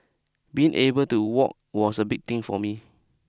being able to walk was a big thing for me